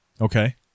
Okay